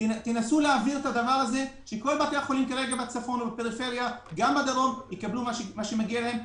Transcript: תנסו להביא את זה שכל בתי החולים בצפון ובפריפריה יקבלו מה שמגיע להם.